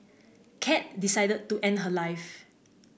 cat decided to end her life